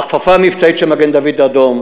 ההכפפה המבצעית של מגן-דוד-אדום,